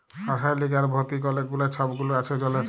রাসায়লিক আর ভতিক অলেক গুলা ছব গুল আছে জলের